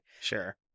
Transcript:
Sure